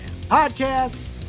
Podcast